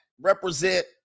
Represent